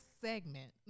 segment